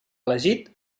elegit